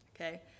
okay